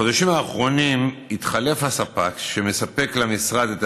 בחודשים האחרונים התחלף הספק שמספק למשרד את